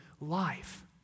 life